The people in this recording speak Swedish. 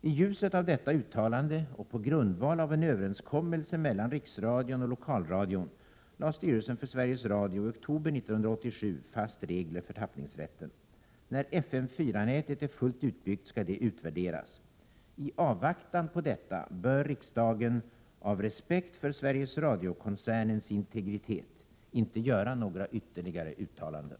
I ljuset av detta uttalande och på grundval av en överenskommelse mellan Riksradion och Lokalradion lade styrelsen för Sveriges Radio i oktober 1987 fasta regler för tappningsrätten. När FM 4-nätet är fullt utbyggt skall detta utvärderas. I avvaktan på detta bör riksdagen av respekt för Sveriges Radio-koncernens integritet inte göra några ytterligare uttalanden.